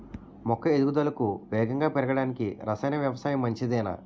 మొక్క ఎదుగుదలకు వేగంగా పెరగడానికి, రసాయన వ్యవసాయం మంచిదేనా?